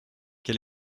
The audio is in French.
quel